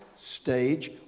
stage